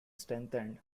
strengthened